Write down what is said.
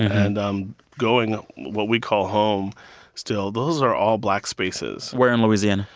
and um going what we call home still, those are all black spaces where in louisiana?